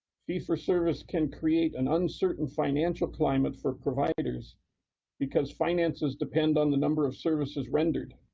fee for service can create an uncertain financial climate for providers because finances depend on the number of services rendered.